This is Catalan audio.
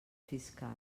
fiscal